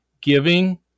giving